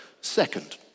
second